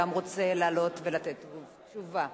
רוצה לעלות ולתת תשובה.